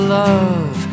love